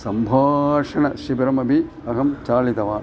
सम्भाषणशिबिरमपि अहं चालितवान्